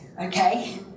okay